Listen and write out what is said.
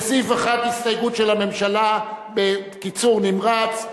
לסעיף 1 הסתייגות של הממשלה, בקיצור נמרץ.